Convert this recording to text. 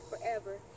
forever